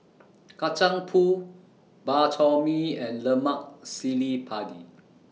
Kacang Pool Bak Chor Mee and Lemak Cili Padi